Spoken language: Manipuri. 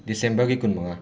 ꯗꯤꯁꯦꯝꯕꯔꯒꯤ ꯀꯨꯟꯃꯉꯥ